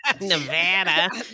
Nevada